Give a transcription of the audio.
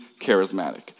charismatic